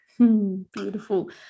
Beautiful